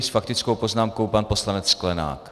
S faktickou poznámkou pan poslanec Sklenák.